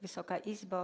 Wysoka Izbo!